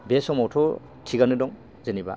बे समावथ' थिगआनो दं जेनेबा